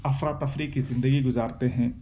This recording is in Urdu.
افراتفری کی زندگی گزارتے ہیں